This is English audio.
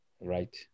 Right